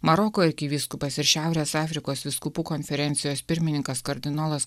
maroko arkivyskupas ir šiaurės afrikos vyskupų konferencijos pirmininkas kardinolas